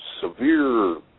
severe